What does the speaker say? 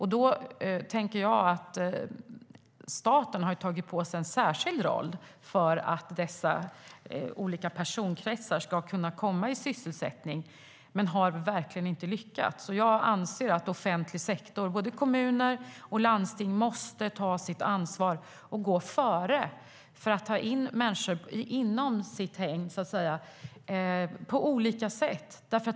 Jag tänker att staten ju har tagit på sig en särskild roll för att dessa olika personkretsar ska kunna komma i sysselsättning, men man har verkligen inte lyckats. Jag anser att offentlig sektor, både kommuner och landsting, måste ta sitt ansvar och gå före när det gäller att ta in människor inom sitt hägn på olika sätt.